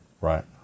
Right